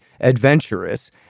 adventurous